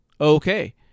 Okay